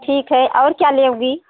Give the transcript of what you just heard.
ठीक है और क्या लोगी